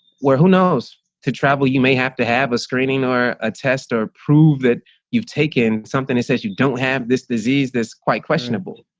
where who knows to travel, you may have to have a screening or a test or prove that you've taken something that says you don't have this disease that's quite questionable.